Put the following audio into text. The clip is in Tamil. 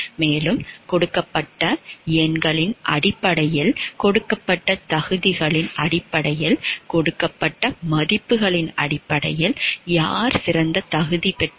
மேலும் கொடுக்கப்பட்ட எண்களின் அடிப்படையில் கொடுக்கப்பட்ட தகுதிகளின் அடிப்படையில் கொடுக்கப்பட்ட மதிப்பெண்களின் அடிப்படையில் யார் சிறந்த தகுதி பெற்றவர்